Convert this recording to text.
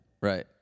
Right